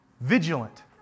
Vigilant